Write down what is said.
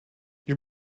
your